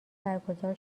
برگزار